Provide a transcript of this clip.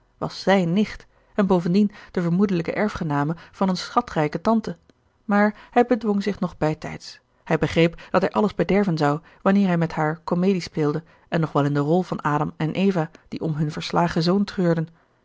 was zijne nicht en bovendien de vermoedelijke erfgename van eene schatrijke tante maar hij bedwong zich nog bijtijds hij begreep dat hij alles bederven zou wanneer hij met haar komedie speelde en nog wel in de rol van adam en eva die om hun verslagen zoon treurden